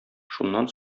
шуннан